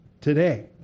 today